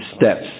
steps